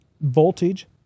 voltage